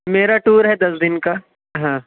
میرا ٹور ہے دس دن کا ہاں